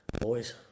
Boys